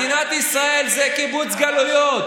מדינת ישראל זה קיבוץ גלויות.